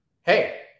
Hey